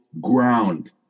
ground